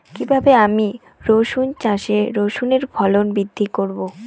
কীভাবে আমি রসুন চাষে রসুনের ফলন বৃদ্ধি করব?